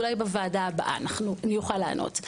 אולי בוועדה הבאה אני אוכל לענות.